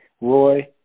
Roy